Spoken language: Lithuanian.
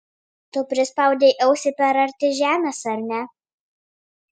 tu prispaudei ausį per arti žemės ar ne